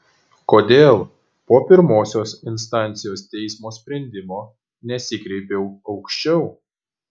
kodėl po pirmosios instancijos teismo sprendimo nesikreipiau aukščiau